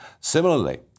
Similarly